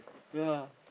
yea